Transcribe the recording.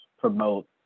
promote